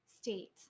state